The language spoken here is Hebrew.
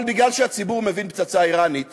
אבל מכיוון שהציבור מבין פצצה איראנית